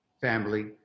family